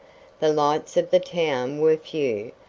the lights of the town were few,